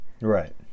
Right